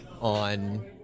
on